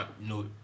No